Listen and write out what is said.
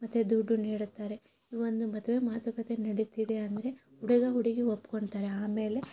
ಮತ್ತು ದುಡ್ಡು ನೀಡುತ್ತಾರೆ ಒಂದು ಮದುವೆ ಮಾತುಕತೆ ನಡೀತಿದೆ ಅಂದರೆ ಹುಡುಗ ಹುಡುಗಿ ಒಪ್ಕೊತಾರೆ ಆಮೇಲೆ